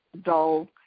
dull